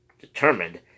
determined